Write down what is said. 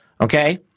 okay